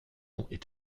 était